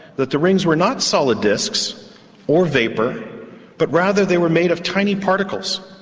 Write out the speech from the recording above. that the rings were not solid disks or vapour but rather they were made of tiny particles.